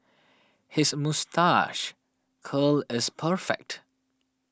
his moustache curl is perfect